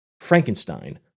Frankenstein